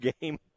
game